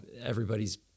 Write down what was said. Everybody's